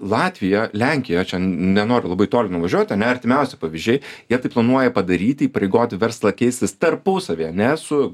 latvija lenkija čia nenoriu labai toli nuvažiuoti ar ne artimiausi pavyzdžiai jie tai planuoja padaryti įpareigoti verslą keistis tarpusavyje ane su